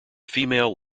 female